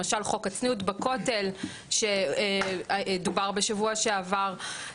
למשל חוק הצניעות בכותל שדובר בשבוע שעבר,